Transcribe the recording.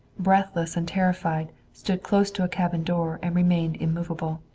breathless and terrified, stood close to a cabin door and remained immovable.